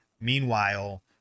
Meanwhile